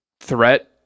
threat